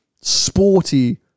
sporty